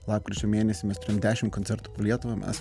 lapkričio mėnesį mes turėjom dešim koncertų po lietuvą mes